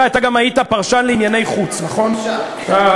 אתה גם היית פרשן לענייני חוץ בטלוויזיה.